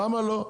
למה לא?